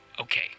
Okay